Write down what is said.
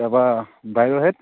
তাৰপৰা বাইদেউহেঁত